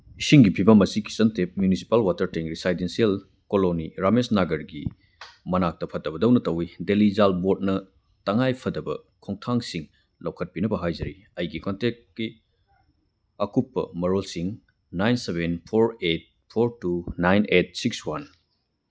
ꯏꯁꯤꯡꯒꯤ ꯐꯤꯕꯝ ꯑꯁꯤ ꯀꯤꯆꯟ ꯇꯦꯞ ꯃꯤꯎꯅꯤꯁꯤꯄꯥꯜ ꯋꯥꯇꯔ ꯇꯦꯡ ꯔꯤꯁꯥꯏꯗꯦꯟꯁꯤꯌꯦꯜ ꯀꯣꯂꯣꯅꯤ ꯔꯥꯃꯦꯁ ꯅꯒꯔꯒꯤ ꯃꯅꯥꯛꯇ ꯐꯠꯇꯕꯗꯧꯅ ꯇꯧꯏ ꯗꯦꯜꯂꯤ ꯖꯜ ꯕꯣꯔꯗꯅ ꯇꯉꯥꯏ ꯐꯗꯕ ꯈꯣꯡꯊꯥꯡꯁꯤꯡ ꯂꯧꯈꯠꯄꯤꯅꯕ ꯍꯥꯏꯖꯔꯤ ꯑꯩꯒꯤ ꯀꯣꯟꯇꯦꯛꯀꯤ ꯑꯀꯨꯞꯄ ꯃꯔꯣꯜꯁꯤꯡ ꯅꯥꯏꯟ ꯕꯦꯟ four eight four two nine eight six one